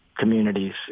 communities